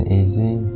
easy